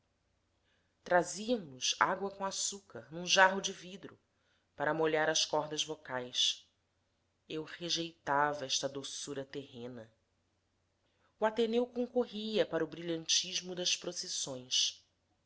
o meu traziam nos água com açúcar num jarro de vidro para molhar as cordas vocais eu rejeitava esta doçura terrena o ateneu concorria para o brilhantismo das procissões